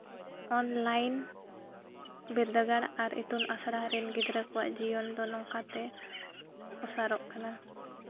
online ᱵᱤᱫᱽᱫᱟᱹᱜᱟᱲ ᱟᱨ ᱤᱛᱩᱱ ᱟᱥᱲᱟ ᱨᱮᱱ ᱜᱤᱫᱽᱨᱟᱹ ᱠᱚᱣᱟᱜ ᱡᱤᱭᱚᱱ ᱫᱚ ᱱᱚᱝᱠᱟᱛᱮ ᱚᱥᱟᱨᱚᱜ ᱠᱟᱱᱟ